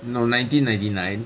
no nineteen ninety nine